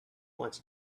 wants